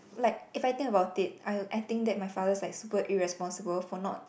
like if I think about it I I think my father is like super irresponsible for not